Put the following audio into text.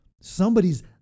Somebody's